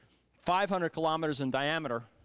five hundred kilometers in diameter,